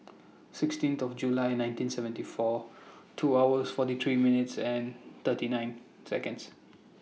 sixteenth of July nineteen seventy four two hours forty three minutes and thirty eight Seconds